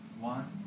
One